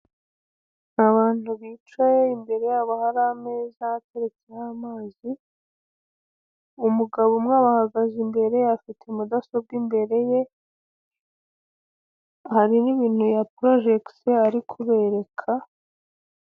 Abantu bicaye imbere yabo hari ameza ateretseho amazi, umugabo umwe abahagaze imbere, afite mudasobwa imbere ye hari n' ibintu yaporojegise ari kubereka.